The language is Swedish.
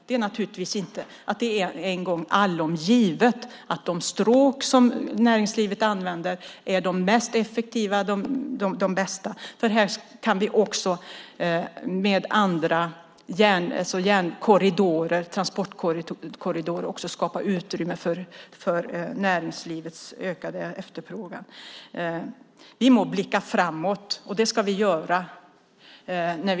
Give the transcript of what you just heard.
Det är naturligtvis inte en gång för alla så att de stråk som näringslivet använder är de mest effektiva och bästa. Här kan vi genom transportkorridorer skapa utrymme för näringslivets ökade efterfrågan. Vi måste blicka framåt, och det ska vi också göra.